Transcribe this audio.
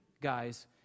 guys